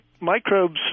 microbes